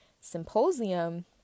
Symposium